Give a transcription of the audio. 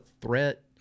threat